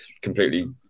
completely